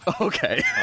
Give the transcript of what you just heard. Okay